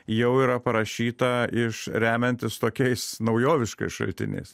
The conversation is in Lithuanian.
jau yra parašyta iš remiantis tokiais naujoviškais šaltinis